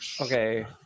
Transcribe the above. Okay